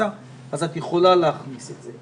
אז את יכולה להכניס את זה.